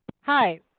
Hi